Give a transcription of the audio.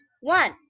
one